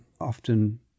often